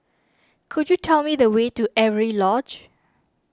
could you tell me the way to Avery Lodge